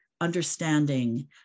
understanding